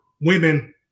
women